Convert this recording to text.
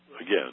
again